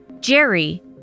Jerry